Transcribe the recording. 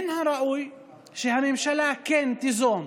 מן הראוי שהממשלה כן תיזום,